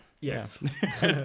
Yes